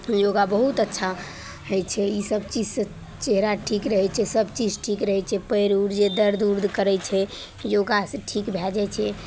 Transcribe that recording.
योगा बहुत अच्छा होइ छै ईसब चीजसे चेहरा ठीक रहै छै सबचीज ठीक रहै पाएर उर जे दरद उरद करै छै योगासे ठीक भए जाए छै